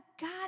God